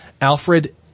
alfred